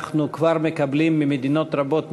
אנחנו כבר מקבלים ממדינות רבות,